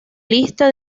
lista